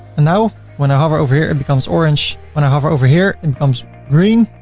and now when i hover over here it becomes orange. when i hover over here and comes green.